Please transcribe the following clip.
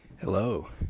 Hello